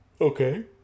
Okay